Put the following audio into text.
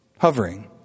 hovering